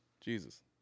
Jesus